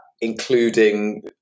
including